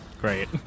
Great